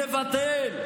יבטל.